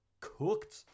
cooked